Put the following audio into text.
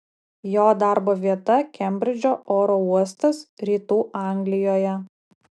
jo darbo vieta kembridžo oro uostas rytų anglijoje